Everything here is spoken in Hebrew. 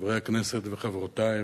חברי הכנסת וחברותי,